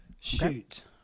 Shoot